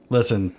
Listen